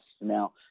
Now